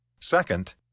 Second